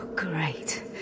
Great